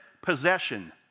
possession